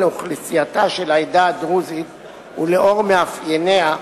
אוכלוסייתה של העדה הדרוזית ולאור מאפייניה,